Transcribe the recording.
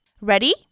Ready